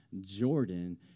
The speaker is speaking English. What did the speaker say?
Jordan